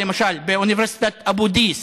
למשל באוניברסיטת אבו דיס